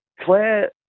Claire